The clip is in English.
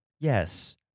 Yes